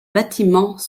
bâtiments